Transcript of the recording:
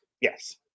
Yes